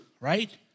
right